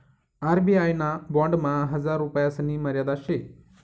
RBI ना बॉन्डमा हजार रुपयासनी मर्यादा शे